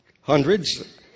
hundreds